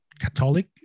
Catholic